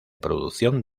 producción